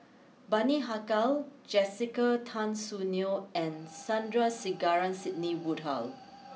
Bani Haykal Jessica Tan Soon Neo and Sandrasegaran Sidney Woodhull